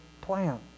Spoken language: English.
plan